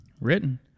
Written